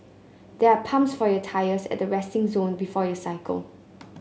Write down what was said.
there are pumps for your tyres at the resting zone before you cycle